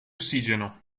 ossigeno